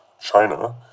china